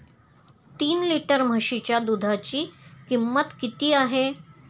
तीन लिटर म्हशीच्या दुधाची किंमत किती आहे?